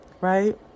right